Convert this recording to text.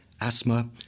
asthma